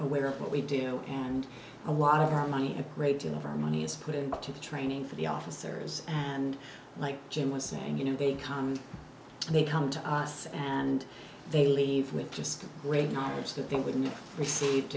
aware of what we do know and a lot of our money a great deal of our money is put in to the training for the officers and like jim was saying you know they come and they come to us and they leave with just great knowledge that they wouldn't received